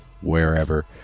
wherever